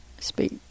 speak